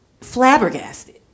flabbergasted